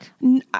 No